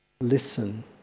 Listen